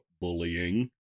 bullying